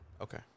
Okay